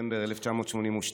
בספטמבר 1982,